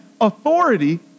authority